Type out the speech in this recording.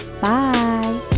Bye